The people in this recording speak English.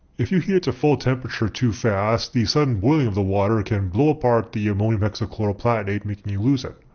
if you heat it to full temperature too fast the sudden boiling of the water can blow apart the ammonium hexachloroplatinate making you lose it.